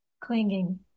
clinging